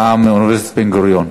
בן-גוריון.